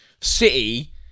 City